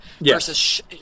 versus